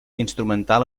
instrumental